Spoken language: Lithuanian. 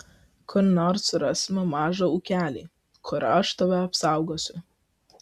kur nors susirasime mažą ūkelį kur aš tave apsaugosiu